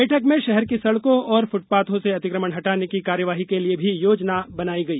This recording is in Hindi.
बैठक में शहर की सड़कों और फुटपाथों से अतिक्रमण हटाने की कार्यवाही के लिए भी योजना बनाई गई